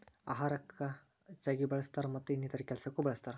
ಅಹಾರಕ್ಕ ಹೆಚ್ಚಾಗಿ ಬಳ್ಸತಾರ ಮತ್ತ ಇನ್ನಿತರೆ ಕೆಲಸಕ್ಕು ಬಳ್ಸತಾರ